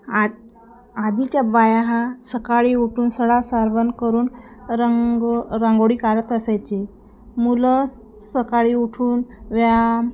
आ आधीच्या बाया हा सकाळी उठून सडा सारवण करून रंगो रंगोळी काढत असायच्या मुलं स सकाळी उठून व्यायाम